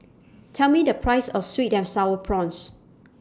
Tell Me The Price of Sweet and Sour Prawns